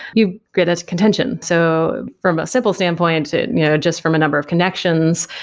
you get this contention, so from a simple standpoint you know just from a number of connections,